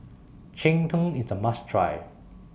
Cheng Tng IS A must Try